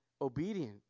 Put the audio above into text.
obedient